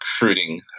recruiting